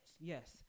yes